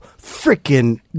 freaking